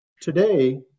Today